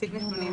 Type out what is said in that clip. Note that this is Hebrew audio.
להציג נתונים.